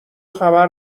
خبر